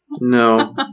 No